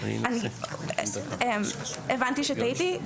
הבנתי שטעיתי,